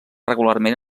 regularment